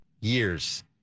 years